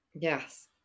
Yes